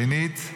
שנית,